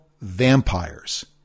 Vampires